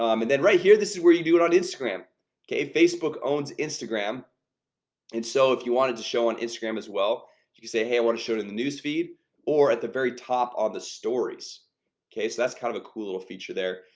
um and then right here. this is where you do it on instagram okay facebook owns instagram and so if you wanted to show on instagram as well you you say hey i want to show it in the newsfeed or at the very top on the stories okay, so that's kind of a cool little feature there,